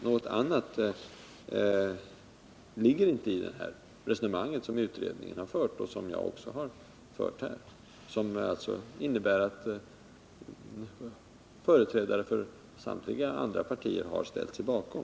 Något annat ligger inte i utredningens och mitt resonemang, som också företrädare för samtliga andra partier har ställt sig bakom.